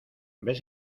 ves